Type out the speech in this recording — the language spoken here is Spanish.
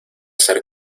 ser